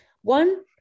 One